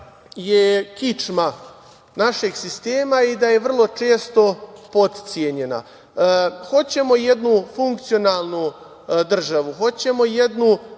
kičma našeg sistema i da je vrlo često potcenjena. Hoćemo jednu funkcionalnu državu, hoćemo jednu